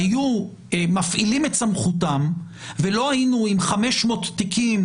היו מפעילים את סמכותם ולא היינו עם 500 תיקים